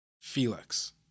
Felix